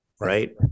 right